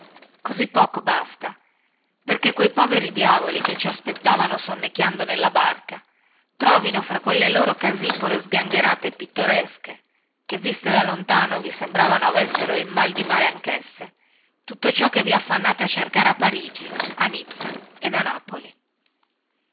così poco basta perchè quei poveri diavoli che ci aspettavano sonnecchiando nella barca trovino fra quelle loro casipole sgangherate e pittoresche che viste da lontano vi sembravano avessero il mal di mare anchesse tutto ciò che vi affannate a cercare a parigi a nizza ed a napoli